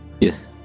Yes